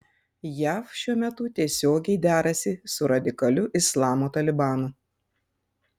jav šiuo metu tiesiogiai derasi su radikaliu islamo talibanu